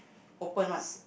open one